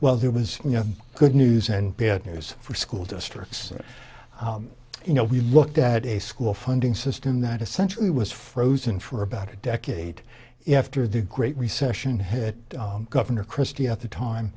well there was you know good news and bad news for school districts you know we looked at a school funding system that essentially was frozen for about a decade after the great recession hit governor christie at the time